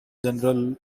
general